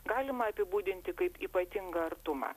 galima apibūdinti kaip ypatingą artumą